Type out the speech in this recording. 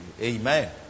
Amen